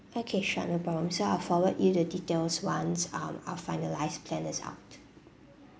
okay sure no problems so I forward you the details once um our finalised plan is out